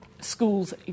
schools